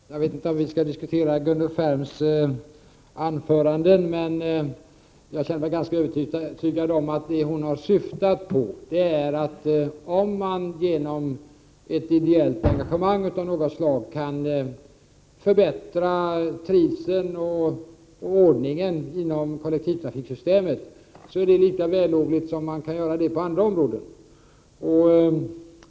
Herr talman! Jag vet inte om vi skall diskutera Gunnel Färms anföranden, men jag känner mig ganska övertygad om att det hon har syftat på är att det skulle vara lika vällovligt att genom ett ideellt engagemang av något slag förbättra trivseln och ordningen inom kollektivtrafiksystemets område som på andra områden.